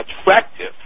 attractive